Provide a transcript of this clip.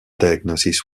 diagnosis